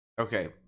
Okay